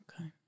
okay